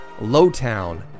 Lowtown